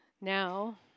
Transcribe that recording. Now